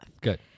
good